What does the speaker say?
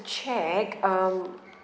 check um